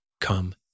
come